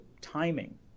timing